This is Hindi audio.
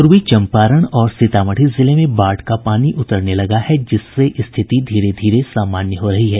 पूर्वी चंपारण और सीतामढ़ी जिले में बाढ़ का पानी उतरने लगा है जिससे स्थिति धीरे धीरे सामान्य हो रही है